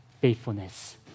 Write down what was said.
faithfulness